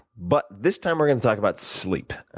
but this time we're going to talk about sleep,